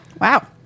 Wow